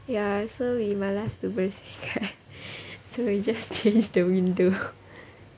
ya so we malas to bersihkan so we just change the window